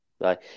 Right